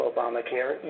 Obamacare